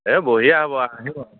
এই বঢ়িয়া হ'ব আহিব